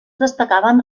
destacaven